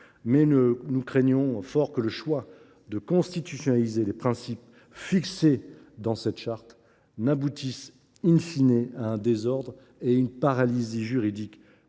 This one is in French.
mais nous craignons fort que le choix de constitutionnaliser les principes fixés dans cette charte n’aboutisse en définitive à un désordre et à une paralysie juridique